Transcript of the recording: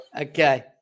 Okay